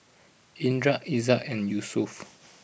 Indra Izzat and Yusuf